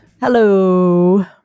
Hello